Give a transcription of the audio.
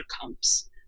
comes